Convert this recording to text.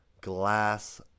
glass